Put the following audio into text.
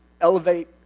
elevate